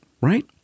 right